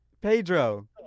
pedro